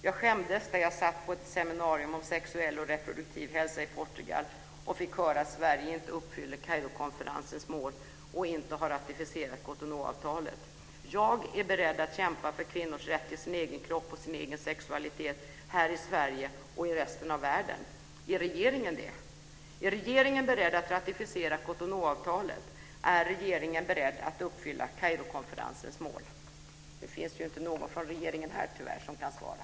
Jag skämdes där jag satt på ett seminarium om sexuell och reproduktiv hälsa i Portugal och fick höra att Sverige inte uppfyller Kairokonferensens mål och inte har ratificerat Cotonou-avtalet. Jag är beredd att kämpa för kvinnors rätt till sin egen kropp och sin egen sexualitet här i Sverige och i resten av världen. Är regeringen det? Är regeringen beredd att ratificera Cotonou-avtalet? Är regeringen beredd att uppfylla Kairokonferensens mål? Det finns tyvärr inte någon från regeringen som kan svara på detta.